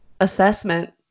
assessment